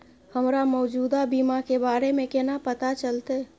हमरा मौजूदा बीमा के बारे में केना पता चलते?